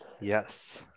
Yes